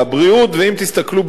ואם תסתכלו ביושר על